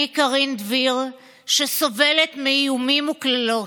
אני קרין דביר, שסובלת מאיומים וקללות,